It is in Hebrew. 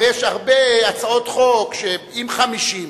הרי יש הרבה הצעות חוק שעם 50,